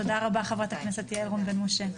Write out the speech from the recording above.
תודה רבה, חברת הכנסת יעל רון בן משה.